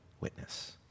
witness